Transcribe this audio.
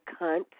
cunt